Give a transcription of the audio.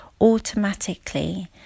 automatically